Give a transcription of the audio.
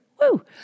woo